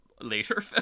later